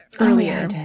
earlier